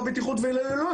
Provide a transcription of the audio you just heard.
לא בטיחות ולא יעילות.